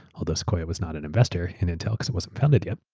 although sequoia was not an investor, and intel because it wasn't founded yet.